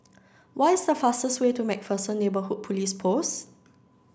what is the fastest way to MacPherson Neighbourhood Police Post